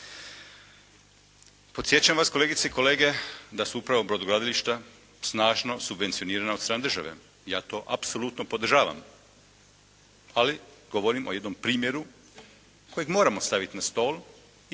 Podsjećam vas kolegice i kolege da su upravo brodogradilišta snažno subvencionirana od strane države. Ja to apsolutno podržavam, ali govorim o jednom primjeru kojeg moramo staviti na stol i